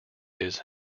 his